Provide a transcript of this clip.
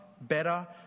better